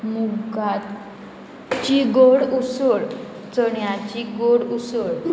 मुगाची गोड उसळ चण्याची गोड उसळ